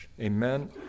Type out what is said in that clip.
Amen